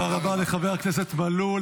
תודה רבה לחבר הכנסת מלול.